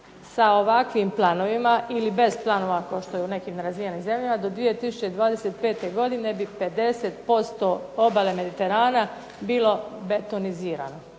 sa ovakvim planovima ili bez planove kao što je u nekim razvijenim zemljama, do 2025. godine bi 50% obale Mediterana bilo betonizirano.